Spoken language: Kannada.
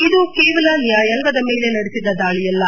ಇದು ಕೇವಲ ನ್ಯಾಯಾಂಗದ ಮೇಲೆ ನಡೆಸಿದ ದಾಳಿಯಲ್ಲ